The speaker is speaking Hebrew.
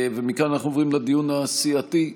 מכאן אנחנו עוברים לדיון הסיעתי.